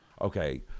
Okay